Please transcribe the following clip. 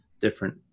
different